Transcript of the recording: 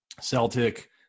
Celtic